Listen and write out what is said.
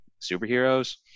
superheroes